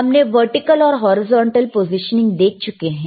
हमने वर्टिकल और horizontal positioning देख चुके हैं